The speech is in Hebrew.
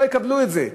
לא יקבלו את זה.